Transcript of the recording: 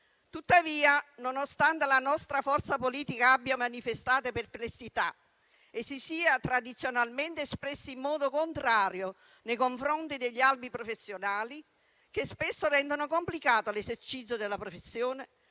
Tuttavia, nonostante la nostra forza politica abbia manifestato perplessità e si sia tradizionalmente espressa in modo contrario nei confronti degli albi professionali, che spesso rendono complicato l'esercizio della professione,